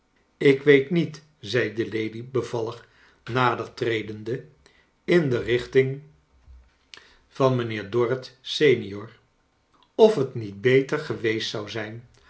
ik weet niet zei de lady beyallig nader tredende in de richting van mijnheer dorrit senior of het niet beter geweest zou zijn